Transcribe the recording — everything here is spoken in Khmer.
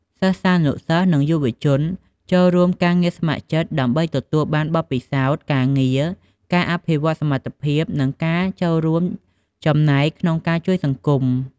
សិស្សានុសិស្ស និងយុវជនចូលរួមការងារស្ម័គ្រចិត្ត ដើម្បីទទួលបានបទពិសោធន៍ការងារ ការអភិវឌ្ឍសមត្ថភាព និងចូលរួមចំណែកក្នុងការជួយសង្គម។